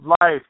life